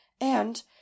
And